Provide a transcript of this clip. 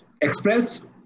express